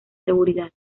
seguridad